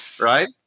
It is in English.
right